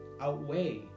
outweigh